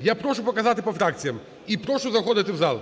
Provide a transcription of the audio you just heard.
Я прошу показати, будь ласка, по фракціям. І прошу заходити в зал.